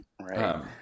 Right